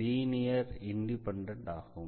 linear independent ஆகும்